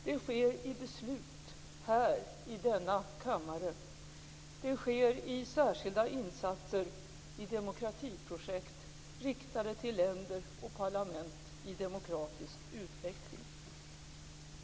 Det sker i beslut här i denna kammare. Det sker i särskilda insatser i demokratiprojekt, riktade till länder och parlament i demokratisk utveckling.